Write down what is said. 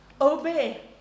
obey